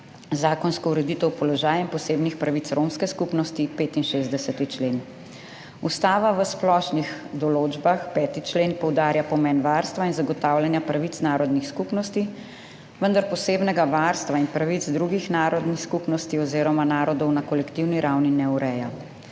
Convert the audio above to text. zakonsko ureditev položaja in posebnih pravic romske skupnosti (65. člen). Ustava v splošnih določbah (5. člen) poudarja pomen varstva in zagotavljanja pravic narodnih skupnosti, vendar posebnega varstva in pravic drugih narodnih skupnosti oziroma narodov na kolektivni ravni ne ureja.